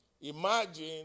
Imagine